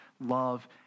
love